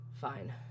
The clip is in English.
fine